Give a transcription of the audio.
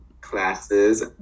classes